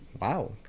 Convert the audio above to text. Wow